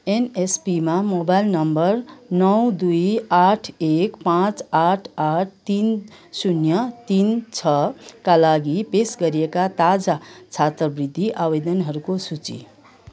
एनएसपीमा mobile number नौ दुई आठ एक पाँच आठ आठ तिन शून्य तिन छका लागि पेस गरिएका ताजा छात्रवृत्ति आवेदनहरूको सूची